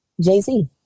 Jay-Z